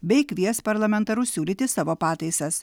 bei kvies parlamentarus siūlyti savo pataisas